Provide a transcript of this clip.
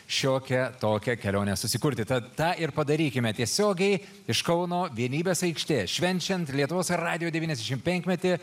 šiokią tokią kelionę susikurti tad tą ir padarykime tiesiogiai iš kauno vienybės aikštė švenčiant lietuvos radijo devyniasdešimt penkmetį